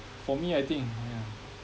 for me I think yeah